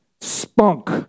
spunk